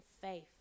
faith